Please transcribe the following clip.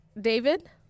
david